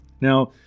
Now